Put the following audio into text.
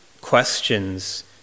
questions